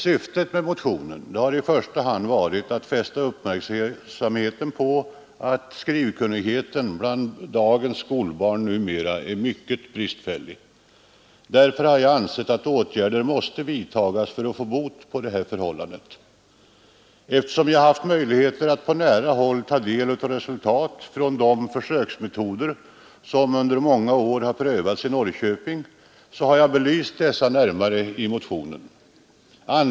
Syftet med motionen har i första hand varit att fästa uppmärksamheten på att skrivkunnigheten bland dagens skolbarn är mycket bristfällig. Därför har jag ansett att åtgärder måste vidtas för att råda bot på det förhållandet. Eftersom jag har haft möjligheter att på nära håll ta del av resultat från de försöksmetoder som under många år har prövats i Norrköping, har jag i motionen närmare belyst dessa resultat.